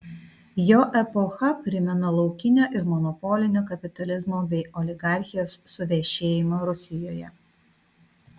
jo epocha primena laukinio ir monopolinio kapitalizmo bei oligarchijos suvešėjimą rusijoje